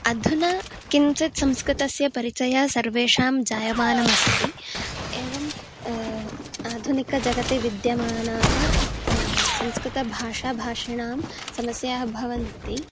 अधुना किञ्चित् संस्कृतस्य परिचयः सर्वेषां जायमानमस्ति एवम् अधुनिकजगति विद्यमानाः संस्कृतभाषाभाषिणां समस्याः भवन्ति